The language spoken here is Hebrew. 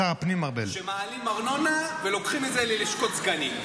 מעלים ארנונה ולוקחים את זה ללשכות סגנים.